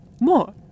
More